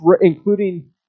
Including